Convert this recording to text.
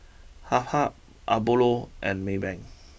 Habhal Apollo and Maybank